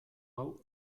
hau